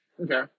Okay